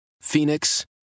Phoenix